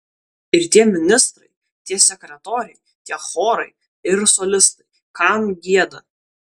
ir tie ministrai tie sekretoriai tie chorai ir solistai kam gieda